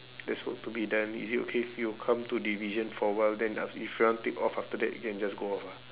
there's work to be done is it okay if you come to division for awhile then af~ if you want take off after that you can just go off ah